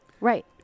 Right